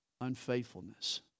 unfaithfulness